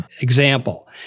example